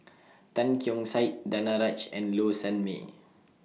Tan Keong Saik Danaraj and Low Sanmay